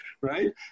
right